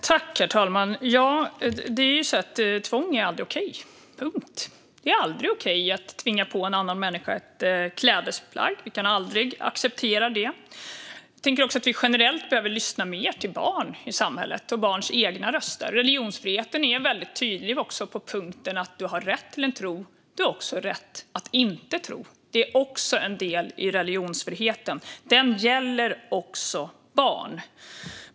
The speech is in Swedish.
Herr talman! Tvång är aldrig okej. Punkt. Det är aldrig okej att tvinga på en annan människa ett klädesplagg. Det kan vi aldrig acceptera. Samhället behöver generellt lyssnar mer på barnen. Religionsfriheten är tydlig med att man har rätt till en tro men också rätt att inte tro. Det gäller också barn.